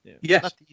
Yes